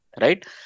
right